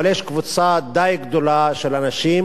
אבל יש קבוצה די גדולה של אנשים